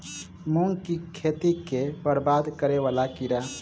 मूंग की खेती केँ बरबाद करे वला कीड़ा?